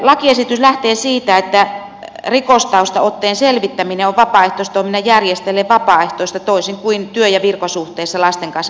lakiesitys lähtee siitä että rikostaustaotteen selvittäminen on vapaaehtoistoiminnan järjestäjille vapaaehtoista toisin kuin työ ja virkasuhteessa lasten kanssa toimivien osalta